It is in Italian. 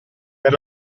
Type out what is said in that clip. per